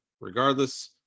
regardless